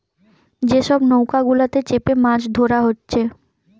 যে সব নৌকা গুলাতে চেপে মাছ ধোরা হচ্ছে